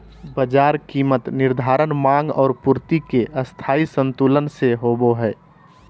बाजार कीमत निर्धारण माँग और पूर्ति के स्थायी संतुलन से होबो हइ